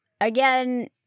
again